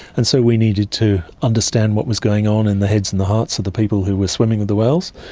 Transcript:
and so, we needed to understand what was going on in the heads and the hearts of the people who were swimming with the whales,